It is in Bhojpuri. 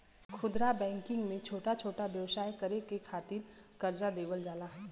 खुदरा बैंकिंग में छोटा छोटा व्यवसाय करे के खातिर करजा देवल जाला